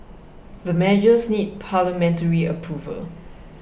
the measures need parliamentary approval